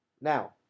Now